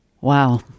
Wow